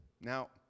Now